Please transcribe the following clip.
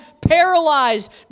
paralyzed